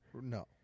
No